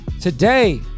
today